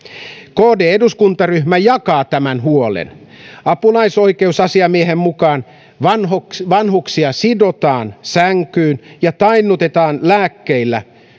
kd eduskuntaryhmä jakaa tämän huolen apulaisoikeusasiamiehen mukaan vanhuksia vanhuksia sidotaan sänkyyn ja tainnutetaan lääkkeillä